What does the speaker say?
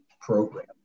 program